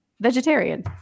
vegetarian